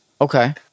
Okay